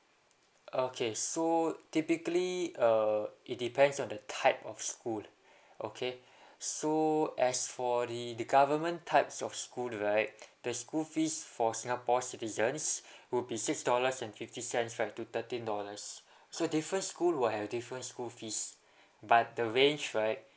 okay so typically uh it depends on the type of school okay so as for the the government types of school right the school fees for singapore citizens will be six dollars and fifty cents right to thirteen dollars so different school will have different school fees but the range right